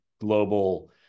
global